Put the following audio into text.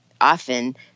often